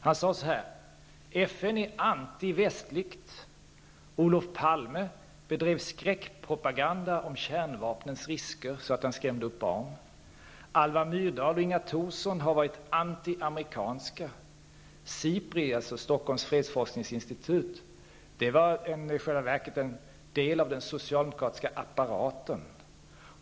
Han sade så här: FN är antivästligt. Olof Palme bedrev skräckpropaganda om kärnvapnens risker, så att han skrämde upp barnen. Alva Myrdal och Inga Thorsson har varit antiamerikanska. Sipri, Stockholms fredsforskningsinstitut, var i själva verket en del av den socialdemokratiska apparaten.